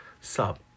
sub